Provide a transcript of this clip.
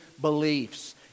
beliefs